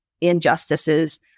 injustices